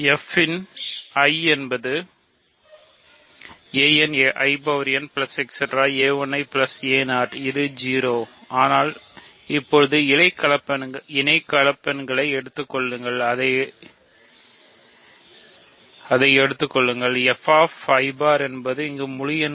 f இன் i என்பதுஇது 0 ஆனால் இப்போது இணைச் கலப்பெண்களை எடுத்துக் கொள்ளுங்கள் அதை எடுத்துக் கொள்ளுங்கள்